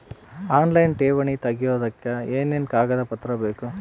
Online ಠೇವಣಿ ತೆಗಿಯೋದಕ್ಕೆ ಏನೇನು ಕಾಗದಪತ್ರ ಬೇಕು?